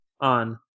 on